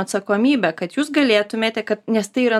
atsakomybę kad jūs galėtumėte kad nes tai yra